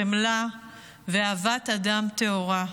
חמלה ואהבת אדם טהורה.